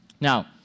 Now